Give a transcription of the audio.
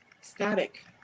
static